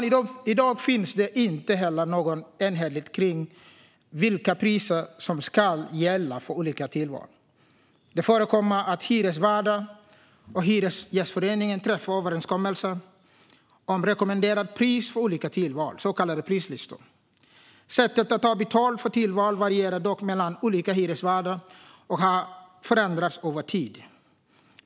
I dag finns det inte heller någon enhetlighet om vilka priser som ska gälla för olika tillval. Det förekommer att hyresvärdar och Hyresgästföreningen träffar överenskommelser om rekommenderat pris för olika tillval, så kallade prislistor. Sättet att ta betalt för tillval varierar dock mellan olika hyresvärdar och har förändrats över tid.